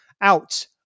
out